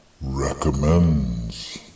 recommends